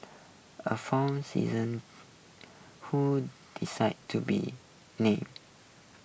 a former season who decide to be named